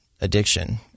addiction